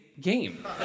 Game